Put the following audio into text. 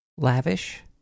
Lavish